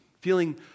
feeling